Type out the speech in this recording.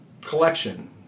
collection